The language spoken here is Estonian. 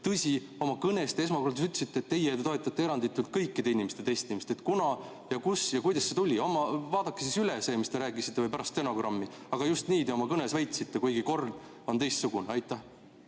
Tõsi, oma kõnes te esmakordselt ütlesite, et teie toetate eranditult kõikide inimeste testimist. Kunas, kust ja kuidas see tuli? Vaadake üle see, mis te rääkisite, lugege pärast stenogrammi. Aga just nii te oma kõnes väitsite, kuigi kord on teistsugune. Jah,